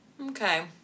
Okay